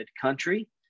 Country